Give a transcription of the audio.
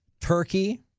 turkey